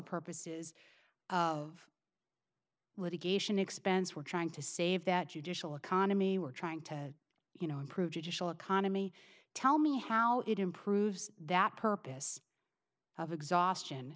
purposes of litigation expense we're trying to save that judicial economy we're trying to you know improve judicial economy tell me how it improves that purpose of exhaustion